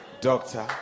doctor